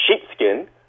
sheepskin